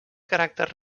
caràcter